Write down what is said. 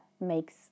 makes